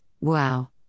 wow